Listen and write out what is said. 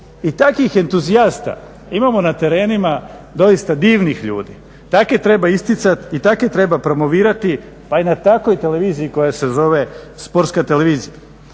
i takvih edustijasta imamo na terenima doista divnih ljudi. Takve treba isticati i takve treba promovirati pa i na takvoj televiziji koja se zove sportska televizija.